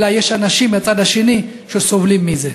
אלא יש אנשים בצד השני שסובלים מזה.